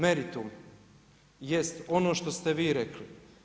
Meritum je ono što ste vi rekli.